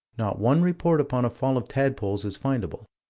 not one report upon a fall of tadpoles is findable,